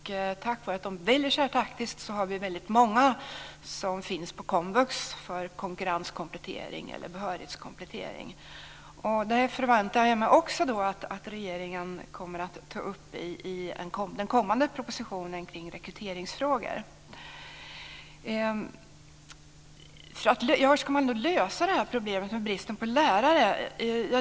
Tack vare att de väljer så taktiskt är det många som finns på komvux för konkurrenskomplettering eller behörighetskomplettering. Det förväntar jag mig också att regeringen kommer att ta upp i den kommande propositionen om rekryteringsfrågor. Hur ska man då lösa problemet med bristen på lärare?